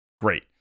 great